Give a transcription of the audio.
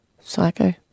Psycho